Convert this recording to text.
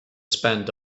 spend